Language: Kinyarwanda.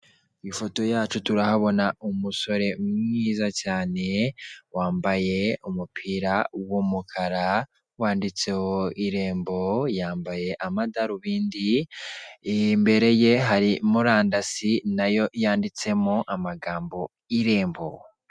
Ifoto yacu turahabona umusore mwiza cyane, wambaye umupira w'umukara wanditseho irembo, yambaye amadarubindi, imbere ye hari murandasi nayo yanditsemo amagambo irembo.